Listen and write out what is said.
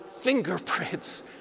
fingerprints